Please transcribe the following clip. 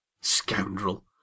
Scoundrel